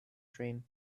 dream